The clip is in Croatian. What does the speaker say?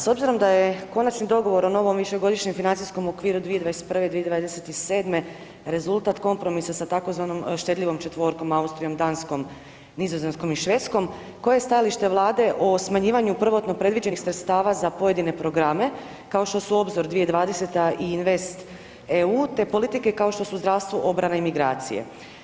S obzirom da je konačni dogovor o novom višegodišnjem financijskom okviru 2021.-2027. rezultat kompromisa sa tzv. štedljivom četvorkom Austrijom, Danskom, Nizozemskom i Švedskom, koje je stajalište Vlade o smanjivanju prvotno predviđenih sredstava za pojedine programe kao što su Obzor 2020 i Invest EU te politike kao što su zdravstvo, obrana i migracije.